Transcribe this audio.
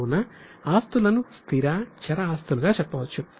కావున ఆస్తులను స్థిర చర ఆస్తులుగా చెప్పవచ్చు